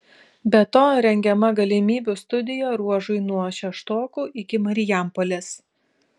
be to rengiama galimybių studija ruožui nuo šeštokų iki marijampolės